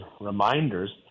reminders